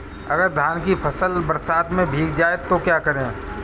अगर धान की फसल बरसात में भीग जाए तो क्या करें?